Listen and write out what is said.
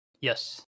Yes